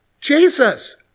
Jesus